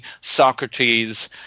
Socrates